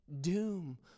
doom